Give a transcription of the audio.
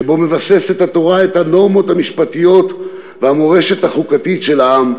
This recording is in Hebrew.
שבו התורה מבססת את הנורמות המשפטיות והמורשת החוקתית של העם,